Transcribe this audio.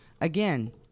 Again